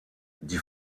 die